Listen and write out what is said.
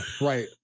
right